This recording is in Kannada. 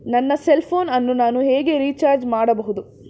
ನನ್ನ ಸೆಲ್ ಫೋನ್ ಅನ್ನು ನಾನು ಹೇಗೆ ರಿಚಾರ್ಜ್ ಮಾಡಬಹುದು?